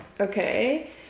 Okay